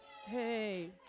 Hey